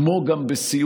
כמו גם בסיעוד,